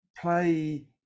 play